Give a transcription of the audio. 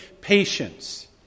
patience